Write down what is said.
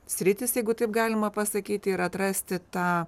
sritys jeigu taip galima pasakyti ir atrasti tą